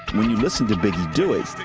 when you listen to biggie do it.